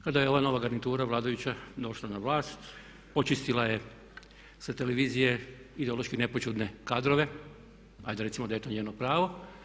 Kada je ova nova garnitura vladajuća došla na vlast očistila je sa televizije ideološki nepoćudne kadrove, ajde recimo da je to njezino pravo.